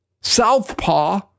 southpaw